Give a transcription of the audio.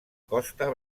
costa